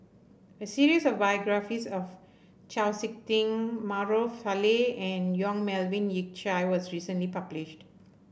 a series of biographies of Chau SiK Ting Maarof Salleh and Yong Melvin Yik Chye was recently published